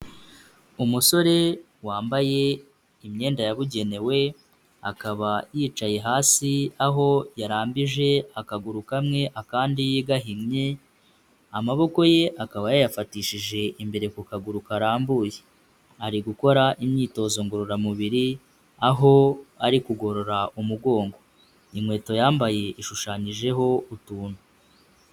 Umusore wambaye imyenda yabugenewe akaba yicaye hasi aho yarambije akaguru kamwe akandi gahinnye, amaboko ye akaba yayafatishije imbere ku kaguru karambuye, ari gukora imyitozo ngororamubiri, aho ari kugorora umugongo, inkweto yambaye ishushanyijeho utuntu.